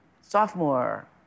sophomore